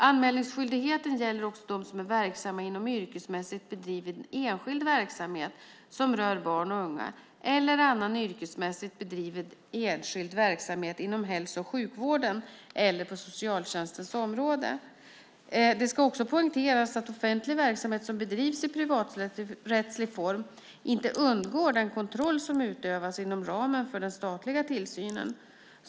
Anmälningsskyldigheten gäller också dem som är verksamma inom yrkesmässigt bedriven enskild verksamhet som berör barn och unga eller annan yrkesmässigt bedriven enskild verksamhet inom hälso och sjukvården eller på socialtjänstens område. Det ska också poängteras att offentlig verksamhet som bedrivs i privaträttslig form inte undgår den kontroll som utövas inom ramen för den statliga tillsynen.